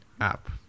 app